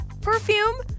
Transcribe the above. perfume